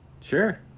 Sure